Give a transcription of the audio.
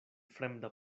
fremda